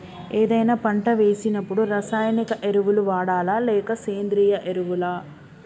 ఏదైనా పంట వేసినప్పుడు రసాయనిక ఎరువులు వాడాలా? లేక సేంద్రీయ ఎరవులా?